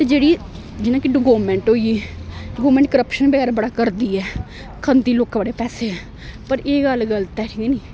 ते जेह्ड़ी जियां कि ड गोरमेंट होई गेई गौरमेंट कर्रप्शन बगैरा बड़ा करदी ऐ खंदी लोकें बड़े पैसे पर एह् गल्ल गलत ऐठी गै निं